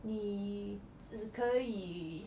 你只可以